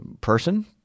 person